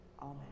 Amen